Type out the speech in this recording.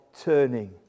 turning